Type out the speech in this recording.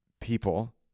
people